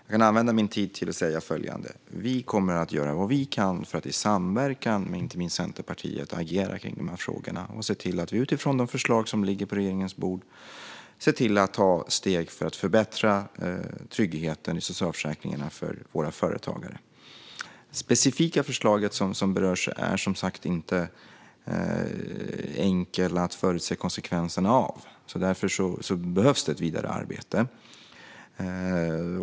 Jag kan använda min tid till att säga följande: Vi kommer att göra vad vi kan för att i samverkan med inte minst Centerpartiet agera i de här frågorna och se till att vi utifrån de förslag som ligger på regeringens bord tar steg för att förbättra tryggheten i socialförsäkringarna för våra företagare. Det specifika förslag som berörs här är det som sagt inte enkelt att förutse konsekvenserna av. Därför behövs ett vidare arbete.